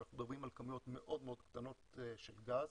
אנחנו מדברים על כמויות מאוד קטנות של גז.